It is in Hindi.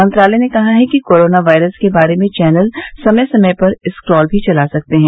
मंत्रालय ने कहा है कि कोरोना वायरस के बारे में चैनल समय समय पर स्क्रौल भी चला सकते हैं